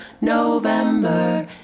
November